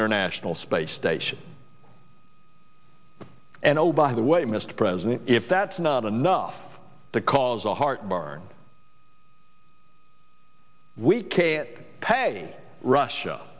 international space station and oh by the way mr president if that's not enough to cause a heartburn we can't pay russia